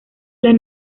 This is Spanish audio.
las